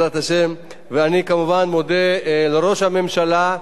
כמובן, מודה לראש הממשלה.